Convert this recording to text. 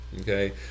Okay